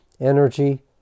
energy